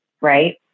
right